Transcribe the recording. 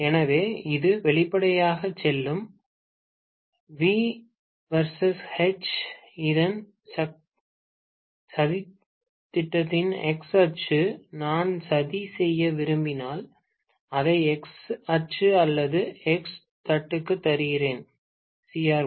எனவே இது வெளிப்படையாகச் செல்லும் V vs H இன் சதித்திட்டத்தின் x அச்சு நான் சதி செய்ய விரும்பினால் இதை x அச்சு அல்லது எக்ஸ் தட்டுக்கு தருகிறேன் CRO